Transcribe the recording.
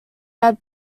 had